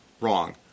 wrong